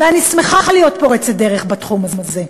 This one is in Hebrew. ואני שמחה להיות פורצת דרך בתחום הזה.